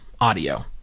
audio